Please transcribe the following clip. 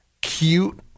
Cute